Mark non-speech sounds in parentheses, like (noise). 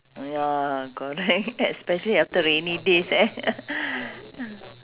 ya correct especially after rainy days eh (laughs)